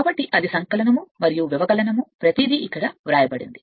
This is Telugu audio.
కాబట్టి అది సంకలనం మరియు వ్యవకలనం ప్రతిదీ ఇక్కడ వ్రాయబడింది